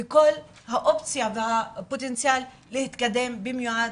וכל האופציה והפוטנציאל להתקדם במיוחד